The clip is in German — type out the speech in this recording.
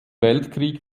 weltkrieg